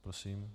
Prosím.